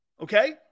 Okay